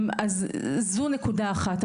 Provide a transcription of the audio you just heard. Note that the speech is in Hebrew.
זו נקודה אחת.